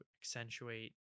accentuate